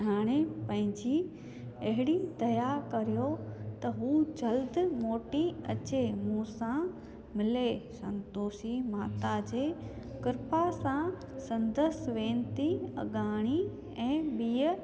हाणे पंहिंजी अहिड़ी दया करियो त हू जल्द मोटी अचे मूं सां मिले संतोषी माता जे कृपा सां संदसि वेनिती अॻाणी ऐं ॿिए